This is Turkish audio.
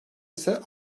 ise